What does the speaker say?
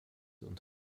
und